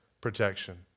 protection